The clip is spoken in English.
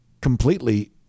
completely